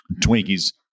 Twinkies